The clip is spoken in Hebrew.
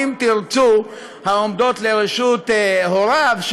או אם תרצו שעומדות לרשות הוריו,